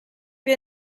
più